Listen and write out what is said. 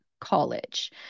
college